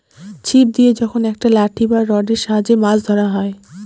ছিপ দিয়ে যখন একটা লাঠি বা রডের সাহায্যে মাছ ধরা হয়